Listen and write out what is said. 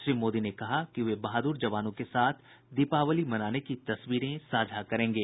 श्री मोदी ने कहा कि वे बहादुर जवानों के साथ दीपावली मनाने की तस्वीरें साझा करेंगे